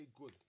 good